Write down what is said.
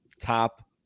top